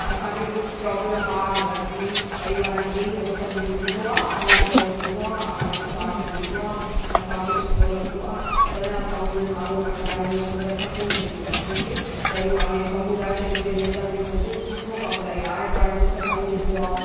असांखे कुझु प्रॉब्लम आहे घर जी परिवार जी हो सभु ॿुधंदो आहे ऐं सॉल्व कंदो आहे असांजो साथ ॾींदो आहे असांखे सुठो लॻंदो आहे तॾहिं असां उन जो नालो खणंदा आहियूं न त त असां कोन पुछूं छो की परिवारु समुदाय क्षेत्रीय नेता जेको हुजे सुठो कमु करे आड़े पाड़े में सफ़ाई कंदो आहे